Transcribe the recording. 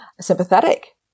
sympathetic